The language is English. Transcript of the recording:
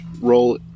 roll